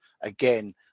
again